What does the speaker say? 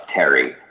Terry